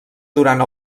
durant